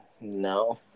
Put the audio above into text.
No